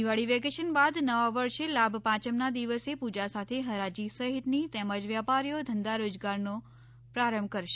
Diwali vacation બાદ નવા વર્ષે લાભ પાંચમના દિવસે પૂજા સાથે ફરાજી સહિતની તેમજ વેપારીઓ ધંધા રોજગારનો પ્રારંભ કરશે